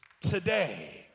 Today